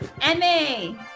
Emmy